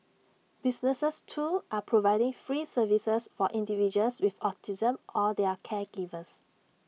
businesses too are providing free services for individuals with autism or their caregivers